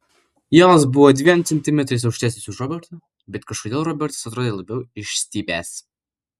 jonas buvo dviem centimetrais aukštesnis už robertą bet kažkodėl robertas atrodė labiau išstypęs